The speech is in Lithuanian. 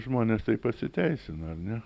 žmonės taip pasiteisina ar ne